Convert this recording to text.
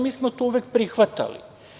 Mi smo to uvek prihvatali.